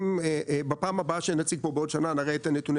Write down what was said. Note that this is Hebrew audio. אם בפעם הבאה שנציג פה בעוד שנה נראה את נתוני